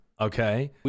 okay